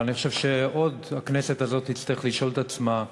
אבל אני חושב שעוד הכנסת הזאת תצטרך לשאול את עצמה,